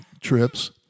trips